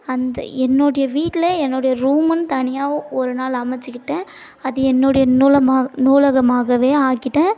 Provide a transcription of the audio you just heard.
அந்த என்னுடைய வீட்டில் என்னுடைய ரூம்முன்னு தனியாக ஒரு நாள் அமைச்சுக்கிட்டேன் அது என்னுடைய நூலாமாக நூலகமாகவே ஆக்கிவிட்டேன்